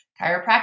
chiropractic